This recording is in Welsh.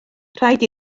rhaid